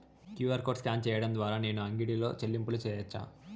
QR code scan సేయడం ద్వారా నేను అంగడి లో చెల్లింపులు సేయొచ్చా?